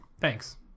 Thanks